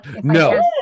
No